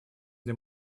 для